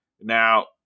Now